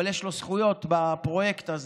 אבל יש לו זכויות בפרויקט הזה,